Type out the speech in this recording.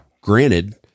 granted